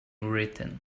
written